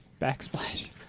backsplash